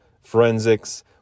forensics